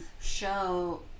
show